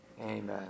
Amen